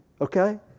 Okay